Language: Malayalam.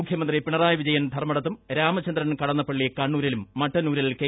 മുഖ്യമന്ത്രി പിണറായി വിജയൻ ധർമ്മടത്തും രാമചന്ദ്രൻ കടന്നപ്പള്ളി കണ്ണൂരിലും മട്ടന്നൂരിൽ കെ